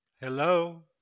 Hello